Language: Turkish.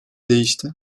değişti